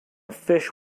fish